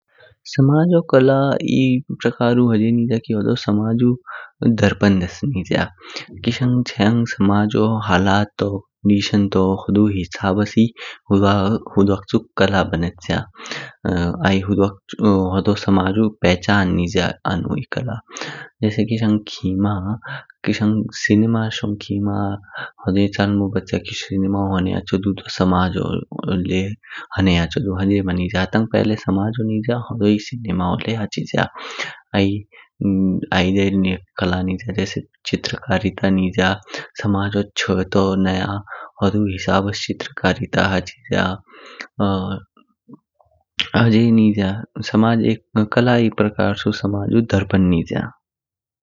समजो कला ई प्रकारु हजे निज्य की हड़ो समाजु धारपन देस्स निज्य। किशंग समाजो हालतो, कंडिशन तो हडु हिसाब्स ही हडवा हडवाकछु कला ब्नेच्य। आई होड़ो समाजु पहचान निज्य होड़ोई कला। जेसे किशंग खिमा किशंग सिनेमा शोंग खिमा हजे चालमो ब्च्य की सिनेमा होनने हाचो दु ता समाजो लय हनें हाचो दु होनने मा निज्य हटंग पहले समाजो निज्य होड़ोई सिनेमा लय हाचिज्य। आई आइडे लय कला निज्य जेसे चित्रकारिता निज्य। समाजो छ तो नया हडु हिसाब्स चित्रकारिता हाचिज्य। हजे ही निज्य समाज। कला एक प्रकारस समाजु दरपन निज्य।